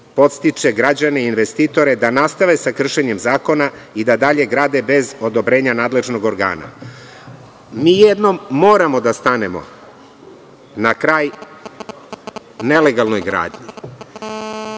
podstiče građane i investitore da nastave sa kršenjem zakona i da dalje grade bez odobrenja nadležnog organa. Mi jednom moramo da stanemo na kraj nelegalnoj gradnji.